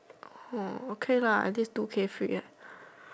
oh okay lah at least two K free ah